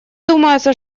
думается